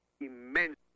immense